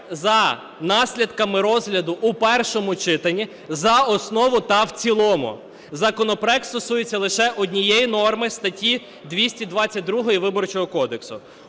за наслідками розгляду в першому читанні за основу та в цілому. Законопроект стосується лише однієї норми – статті 222 Виборчого кодексу.